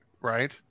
Right